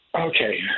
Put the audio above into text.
Okay